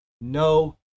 no